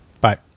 Bye